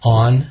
on